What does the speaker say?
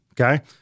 okay